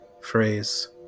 phrase